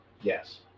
yes